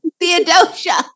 Theodosia